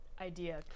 idea